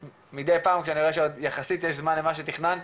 מדי פעם שאני רואה שעוד יחסית יש זמן למה שתכננתי,